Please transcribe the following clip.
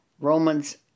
Romans